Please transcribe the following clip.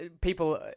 people